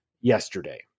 yesterday